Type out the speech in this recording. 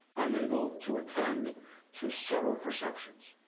unable to attend to subtle perceptions.